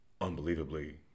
unbelievably